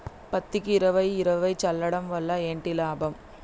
పత్తికి ఇరవై ఇరవై చల్లడం వల్ల ఏంటి లాభం?